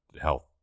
health